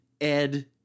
Ed